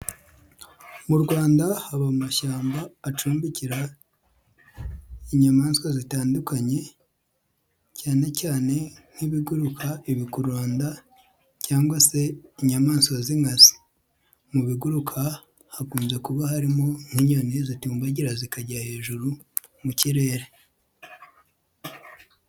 Mu Rwanda haba amashyamba acumbikira inyamaswa zitandukanye, cyane cyane nk'ibiguruka, ibikururanda cyangwa se inyamaswa z'inkazi, mu biguruka hakunze kuba harimo nk'inyoni zitumbagira zikajya hejuru mu kirere.